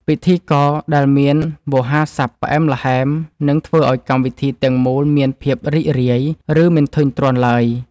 ពិធីករដែលមានវោហារស័ព្ទផ្អែមល្ហែមនឹងធ្វើឱ្យកម្មវិធីទាំងមូលមានភាពរីករាយ និង មិនធុញទ្រាន់ឡើយ។